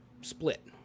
split